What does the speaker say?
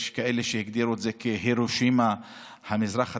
יש כאלה שהגדירו את זה כהירושימה במזרח התיכון.